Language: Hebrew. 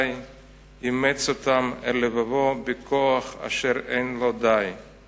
וגיא,/ אימץ אותם אל לבבו בכוח אשר אין לו די./